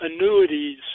annuities